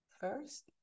first